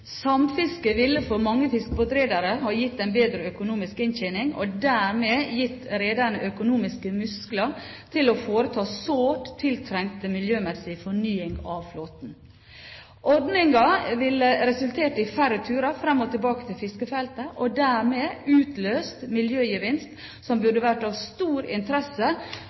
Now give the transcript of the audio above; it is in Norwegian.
Samfiske ville for mange fiskebåtredere ha gitt en bedre økonomisk inntjening, og dermed gitt rederne økonomiske muskler til å foreta sårt tiltrengt miljømessig fornying av flåten. Ordningen ville resultert i færre turer fram og tilbake til fiskefeltet, og dermed utløst en miljøgevinst som burde vært av stor interesse